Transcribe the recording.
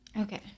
Okay